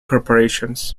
corporations